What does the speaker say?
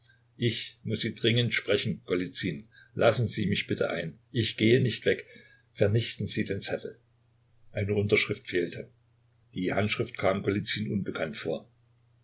ich muß sie dringend sprechen golizyn lassen sie mich bitte ein ich gehe nicht weg vernichten sie den zettel eine unterschrift fehlte die handschrift kam golizyn unbekannt vor